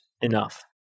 enough